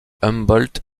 humboldt